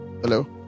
hello